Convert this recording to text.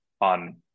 on